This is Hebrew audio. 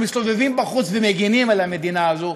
אנחנו מסתובבים בחוץ ומגינים על המדינה הזאת,